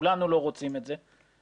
כולנו לא רוצים את זה,